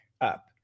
up